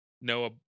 Noah